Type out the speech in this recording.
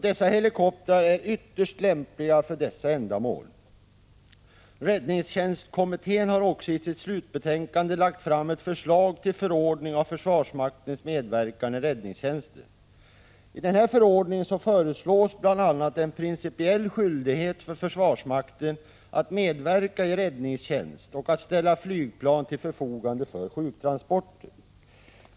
Dessa helikoptrar är ytterst lämpliga för dessa ändamål. Räddningstjänstkommittén har också i sitt slutbetänkande lagt fram ett förslag till förordning om försvarsmaktens medverkan i räddningstjänsten. I den här förordningen föreslås bl.a. en principiell skyldighet för försvarsmakten att medverka i räddningstjänst och att ställa flygplan till förfogande för sjuktransporter.